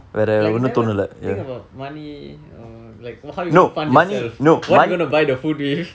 like you never think about money or like how you gonna fund yourself what you going to buy the food with